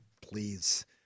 please